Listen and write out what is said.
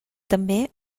també